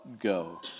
go